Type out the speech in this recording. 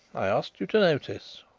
i asked you to notice.